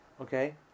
Okay